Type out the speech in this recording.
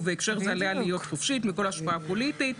ועליה להיות חופשית מכל השפעה פוליטית".